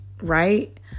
right